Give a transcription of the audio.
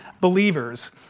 believers